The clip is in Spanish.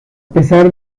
pesar